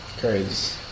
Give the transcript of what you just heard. Crazy